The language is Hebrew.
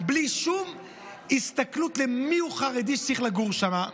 בלי שום הסתכלות מיהו החרדי שצריך לגור שם.